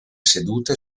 sedute